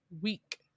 week